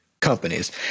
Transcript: companies